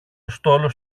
στόλος